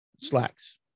Slacks